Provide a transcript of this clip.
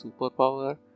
superpower